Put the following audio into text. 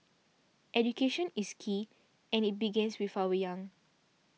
education is key and it begins with our young